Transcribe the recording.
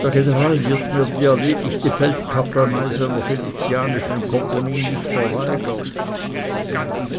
der general wird mir die erledigte feldkaplanei seiner venezianischen kompanie nicht verweigern